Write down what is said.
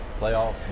playoffs